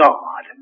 God